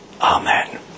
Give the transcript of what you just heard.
Amen